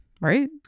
right